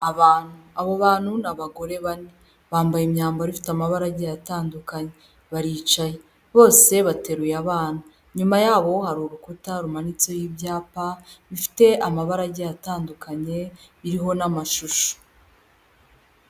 Abantu, abo bantu n'abagore bane bambaye imyambaro ifite amabara agira atandukanye, baricaye bose bateruye abana, inyuma yabo har’urukuta rumanitseho ibyapa bifite amabara agiye atandukanye biriho n'amashusho.